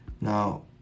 Now